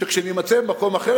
שכשנימצא במקום אחר,